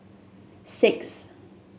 six